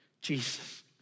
Jesus